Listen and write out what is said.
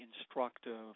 instructive